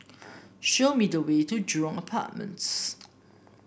show me the way to Jurong Apartments